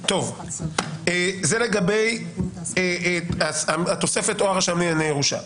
טוב, אז זה לגבי התוספת "או הרשם לענייני ירושה".